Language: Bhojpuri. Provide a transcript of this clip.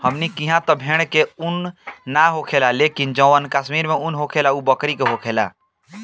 हमनी किहा त भेड़ के उन ना होखेला लेकिन जवन कश्मीर में उन होखेला उ बकरी के होखेला